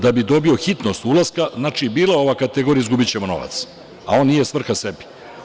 Da bi dobio hitnost ulaska, znači bila je ova kategorija – izgubićemo novac, a on nije svrha sebi.